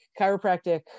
chiropractic